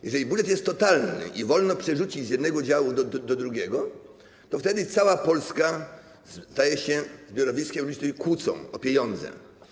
Jeżeli budżet jest totalny i wolno przerzucić z jednego działu do drugiego, to wtedy cała Polska staje się zbiorowiskiem ludzi, którzy się kłócą o pieniądze.